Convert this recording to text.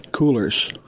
Coolers